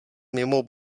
mimo